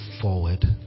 forward